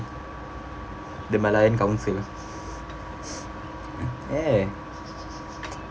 the malayan council ya